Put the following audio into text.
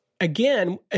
again